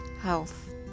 health